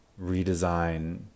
redesign